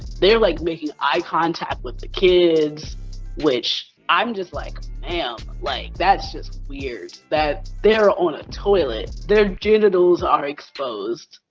they're, like, making eye contact with the kids which i'm just like, ma'am um like, that's just weird. that they're on a toilet, their genitals are exposed.